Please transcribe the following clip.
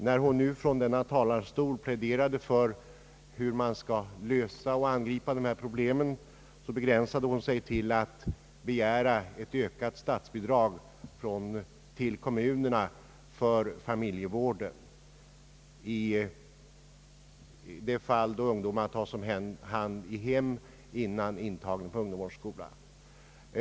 När hon nu från denna talarstol pläderade för hur dessa problem skall lösas och angripas begränsade hon sig till att begära ett ökat statsbidrag till kommunerna för familjevård i de fall då ungdomar tas om hand i hem innan intagning sker på ungdomsvårdsskola.